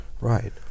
Right